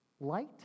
light